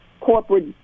corporate